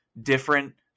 different